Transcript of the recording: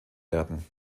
werden